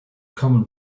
common